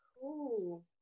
cool